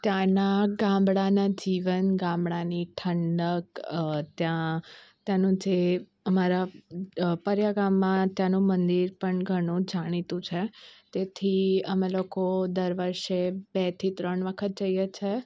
ત્યાંનાં ગામડાનાં જીવન ગામડાની ઠંડક ત્યાં ત્યાંનું જે આમારાં પરયા ગામમાં ત્યાંનું મંદિર પણ ઘણું જાણીતું છે તેથી અમે લોકો દર વર્ષે બે થી ત્રણ વખત જઈએ છીએ